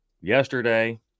yesterday